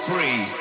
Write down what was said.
Free